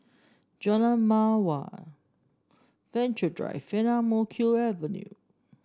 Jalan Mawar Venture Drive Ang Mo Kio Avenue